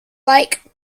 like